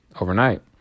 overnight